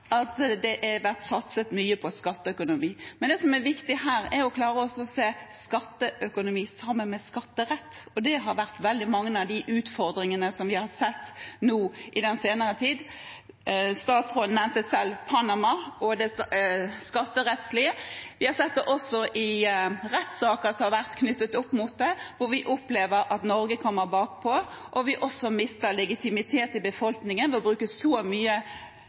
at det har vært satset mye på skatteøkonomi, men det som er viktig her, er å klare å se skatteøkonomi sammen med skatterett, og det har vært av utfordringene som vi har sett nå i den senere tid. Statsråden nevnte selv Panama og det skatterettslige. Vi har sett det også i rettssaker knyttet opp mot det, hvor vi opplever at Norge kommer bakpå. Vi mister legitimitet i befolkningen ved å bruke så mye